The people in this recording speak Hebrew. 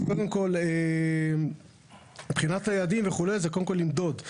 קודם כל מבחינת היעדים וכו', זה קודם כל למדוד.